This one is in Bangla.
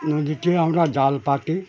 নদীতে আমরা জাল পাতি